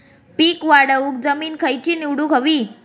पीक वाढवूक जमीन खैची निवडुक हवी?